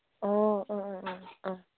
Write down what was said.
ꯑꯣ ꯑ ꯑ ꯑ